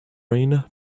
rain